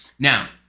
Now